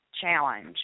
challenge